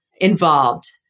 involved